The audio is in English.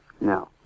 No